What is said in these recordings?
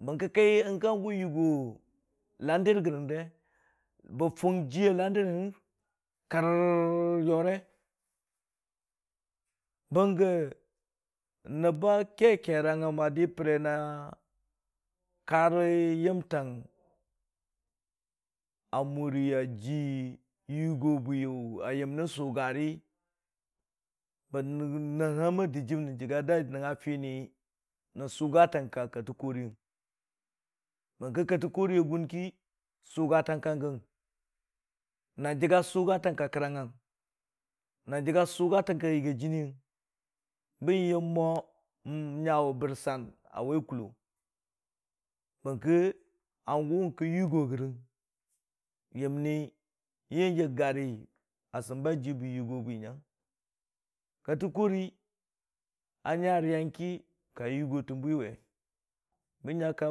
Bərki hangʊ wa yogo landər gərəng, bən fung jiiya landər hən kərrə yorə, bəngə nob ba kee kerang a dii pəre na karə yəmtang a mura di yʊgo bwi a yamni sʊgarə, nɨn həm a dɨjiin a nəngnga da nəngnga tini, nən sʊgatang ka kattəkoriyəng, bəngkə kattəkoriya gʊn ki, na sʊgatangkang ka yagii jiinən bən yəm mo ninyang wʊ bərsan a wai kʊllo, bərki hangʊ nikə yʊgo gərəng, yəmni yɨgga a sɨmba fuyʊ bə yɨgga bwi nyang, kattəkori a nya yiirang ki, ka yogo təng bwi we bən nya ka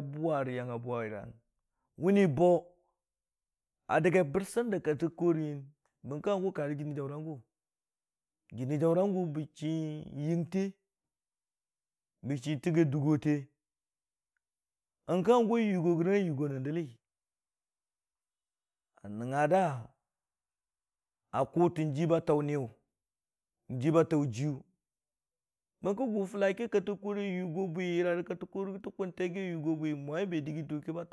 buwa ruyang a buwa riiyang məni bo, a dəgai barsa in da katəkoriyang, bənko hangʊ karə jinni jaʊra gʊ, jɨnni jaʊrang gʊ bə chii yiingte, bən chii tənggai dʊggote, nyang kə hangʊ a yogegərə a yogo nən dəlli a nəngaga da kʊtən jii ba taʊ niiyʊ, ba tau jiiyʊ, a gʊ fʊla ki kattəkori a yogo bwi me jii sʊmən wi